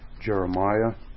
Jeremiah